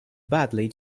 badly